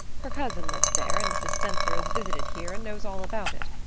her cousin lives there and mrs. spencer has visited here and knows all about it.